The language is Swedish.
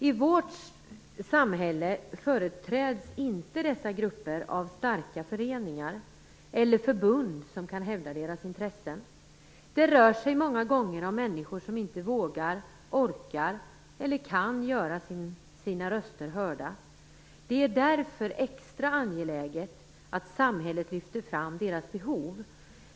I vårt samhälle företräds dessa grupper inte av starka föreningar eller förbund, som kan hävda deras intressen. Det rör sig många gånger om människor som inte vågar, orkar eller kan göra sina röster hörda. Det är därför extra angeläget att samhället lyfter fram deras behov.